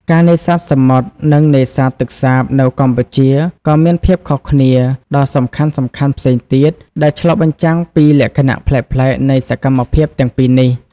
ការនេសាទសមុទ្រ និងនេសាទទឹកសាបនៅកម្ពុជាក៏មានភាពខុសគ្នាដ៏សំខាន់ៗផ្សេងទៀត ដែលឆ្លុះបញ្ចាំងពីលក្ខណៈប្លែកៗនៃសកម្មភាពទាំងពីរនេះ។